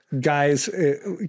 guys